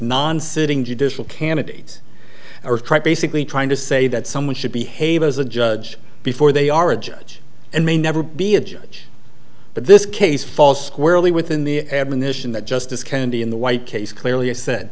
non sitting judicial candidates are basically trying to say that someone should behave as a judge before they are a judge and may never be a judge but this case falls squarely within the admin this in that justice kennedy in the white case clearly said